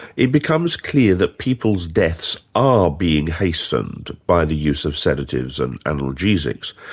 it becomes clear that people's deaths are being hastened by the use of sedatives and analgesics.